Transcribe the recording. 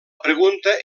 pregunta